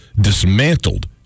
dismantled